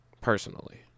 personally